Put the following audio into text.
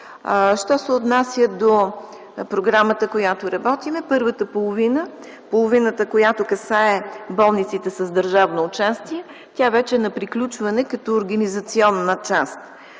Що се отнася до програмата, която работим, първата половина – половината, която касае болниците с държавно участие, тя вече е на приключване като организационна част.